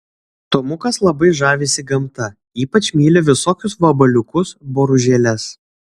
tomukas labai žavisi gamta ypač myli visokius vabaliukus boružėles